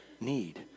need